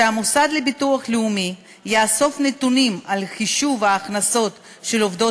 שהמוסד לביטוח לאומי יאסוף נתונים על חישוב ההכנסות של עובדות